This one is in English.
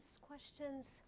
Questions